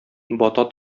бата